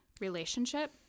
relationship